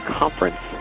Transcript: conference